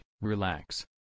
relax